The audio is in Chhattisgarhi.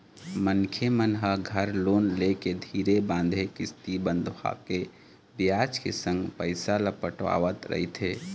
मनखे मन ह घर लोन लेके धीरे बांधे किस्ती बंधवाके बियाज के संग पइसा ल पटावत रहिथे